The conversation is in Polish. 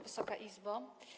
Wysoka Izbo!